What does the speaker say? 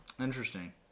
Interesting